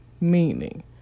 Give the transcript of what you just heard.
Meaning